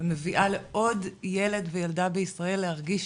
ומביאה לעוד ילד או ילדה בישראל להרגיש